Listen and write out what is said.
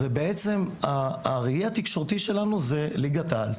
ובעצם הראי התקשורתי שלנו זה ליגת העל.